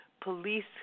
police